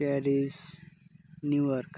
Paris New York